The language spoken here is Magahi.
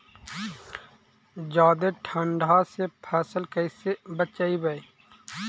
जादे ठंडा से फसल कैसे बचइबै?